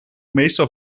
meestal